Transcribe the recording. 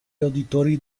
roditori